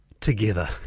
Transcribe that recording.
together